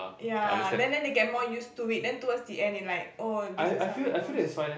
ya then then they get more used to it then towards they end they like oh this is how it goes